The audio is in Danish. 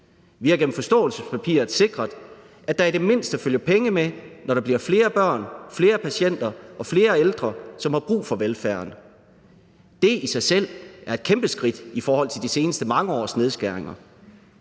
Vi har gennem forståelsespapiret sikret, at der i det mindste følger penge med, når der bliver flere børn, flere patienter og flere ældre, som har brug for velfærden. Det i sig selv er et kæmpe skridt i forhold til de seneste mange års nedskæringer.